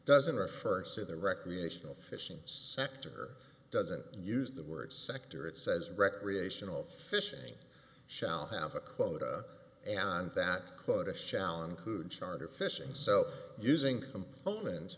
doesn't refer say the recreational fishing sector doesn't use the word sector it says recreational fishing shall have a quota and that quota shall include charter fishing so using com